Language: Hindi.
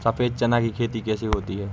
सफेद चना की खेती कैसे होती है?